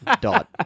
Dot